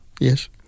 yes